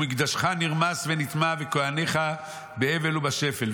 ומקדשך נרמס ונטמא וכוהניך באבל ובשפל.